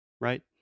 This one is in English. right